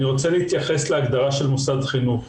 אני רוצה להתייחס להגדרה "מוסד חינוך".